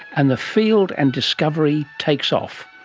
and the field and discovery takes off.